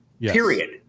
period